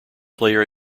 player